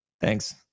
thanks